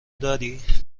داری